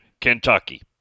Kentucky